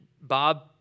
Bob